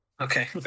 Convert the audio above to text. Okay